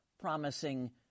promising